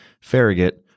Farragut